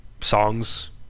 songs